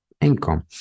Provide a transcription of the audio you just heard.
income